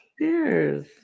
Cheers